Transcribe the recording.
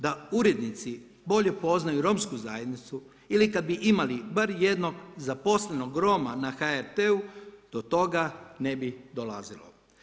Da urednici bolje poznaju romsku zajednicu ili kada bi imali bar jednog zaposlenog Roma na HRT-u do toga ne bi dolazilo.